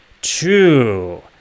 two